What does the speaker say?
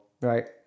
right